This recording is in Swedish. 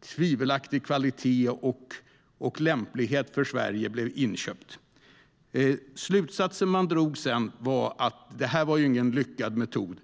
tvivelaktig kvalitet och lämplighet för Sverige blev inköpt. Slutsatsen man sedan drog var att detta inte var någon lyckad metod.